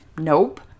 nope